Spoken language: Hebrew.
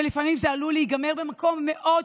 לפעמים זה עלול להיגמר במקום מאוד קשה,